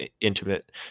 intimate